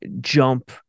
jump